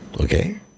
Okay